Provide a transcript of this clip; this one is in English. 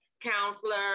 counselor